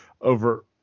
over